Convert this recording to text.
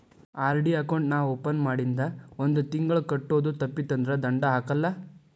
RD account ನಾ open ಮಾಡಿಂದ ಒಂದ್ ತಿಂಗಳ ಕಟ್ಟೋದು ತಪ್ಪಿತಂದ್ರ ದಂಡಾ ಹಾಕಲ್ಲ